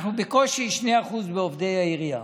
ואנחנו בקושי 2% מעובדי העירייה.